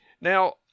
Now